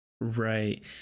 Right